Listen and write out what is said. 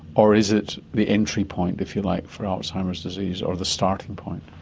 or is it the entry point, if you like, for alzheimer's disease, or the starting point?